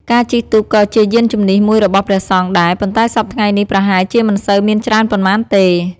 ការជិះទូកក៏ជាយានជំនិះមួយរបស់ព្រះសង្ឃដែរ ប៉ុន្តែសព្វថ្ងៃនេះប្រហែលជាមិនសូវមានច្រើនប៉ុន្មានទេ។